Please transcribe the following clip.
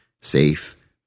safe